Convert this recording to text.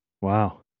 Wow